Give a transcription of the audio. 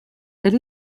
elle